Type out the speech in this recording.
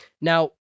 Now